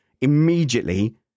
Immediately